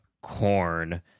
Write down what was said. corn